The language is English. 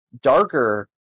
darker